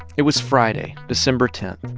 it was friday, december ten.